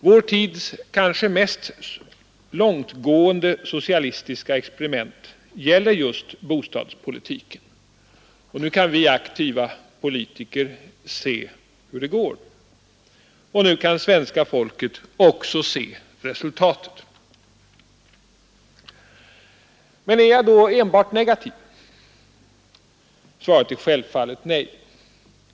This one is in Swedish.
Vår tids kanske mest långtgående socialistiska experiment gäller just bostadspolitiken. Nu kan vi aktiva politiker se hur det går. Nu kan också svenska folket se resultatet. Är jag då enbart negativ? Svaret är självfallet nej.